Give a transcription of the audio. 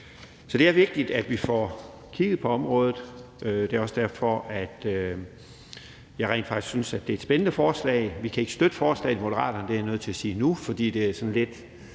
Så det er vigtigt, at vi får kigget på området, og det er også derfor, jeg rent faktisk synes, det er et spændende forslag. Vi kan i Moderaterne ikke støtte forslaget – det er jeg nødt til at sige nu – fordi det er sådan lidt